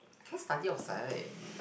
I cannot study outside